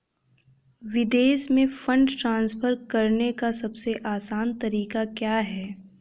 विदेश में fund transfer करने का सबसे आसान तरीका क्या है?